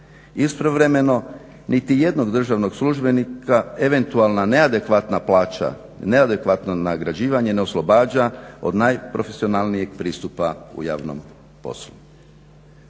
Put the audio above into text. Istovremeno niti jednog državnog službenika eventualna neadekvatna plaća, neadekvatno nagrađivanje ne oslobađa od najprofesionalnijeg pristupa u javnom poslu.